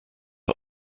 are